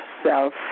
Self